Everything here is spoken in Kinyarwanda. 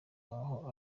aho